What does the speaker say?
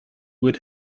would